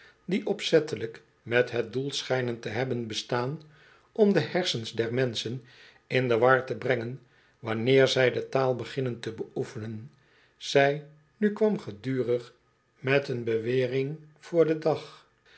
die opzettelijk met het doel schijnen to hebben bestaan om de hersens der menschen in de war te brengen wanneer zij de taal beginnen te beoefenen zij nu kwam gedurig met een bewering voor den dag